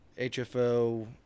HFO